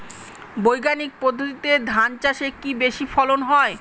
বৈজ্ঞানিক পদ্ধতিতে ধান চাষে কি বেশী ফলন হয়?